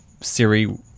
Siri